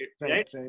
Right